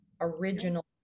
original